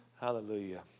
Hallelujah